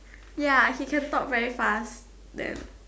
ya he can talk very fast damn